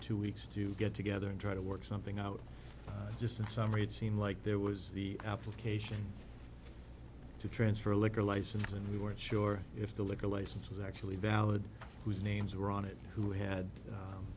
two weeks to get together and try to work something out just in summary it seemed like there was the application to transfer a liquor license and we weren't sure if the liquor license was actually valid whose names were on it who had